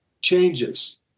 changes